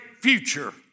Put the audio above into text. future